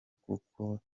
kuko